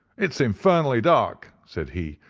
it's infernally dark said he,